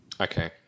Okay